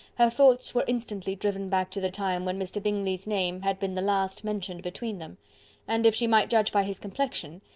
her thoughts were instantly driven back to the time when mr. bingley's name had been the last mentioned between them and, if she might judge by his complexion,